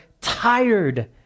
tired